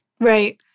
right